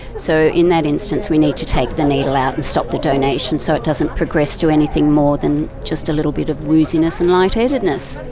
so in that instance we need to take the needle out and stop the donation so it doesn't progress to anything more than just a little bit of wooziness and light-headedness.